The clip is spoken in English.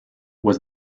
was